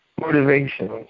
motivations